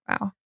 Wow